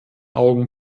augen